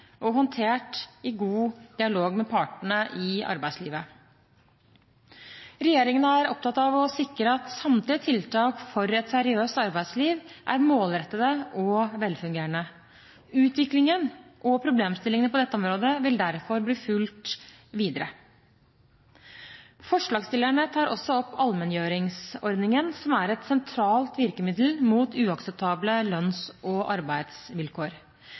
og håndtert i god dialog med partene i arbeidslivet. Regjeringen er opptatt av å sikre at samtlige tiltak for et seriøst arbeidsliv er målrettede og velfungerende. Utviklingen og problemstillingene på dette området vil derfor bli fulgt videre. Forslagsstillerne tar også opp allmenngjøringsordningen, som er et sentralt virkemiddel mot uakseptable lønns- og arbeidsvilkår.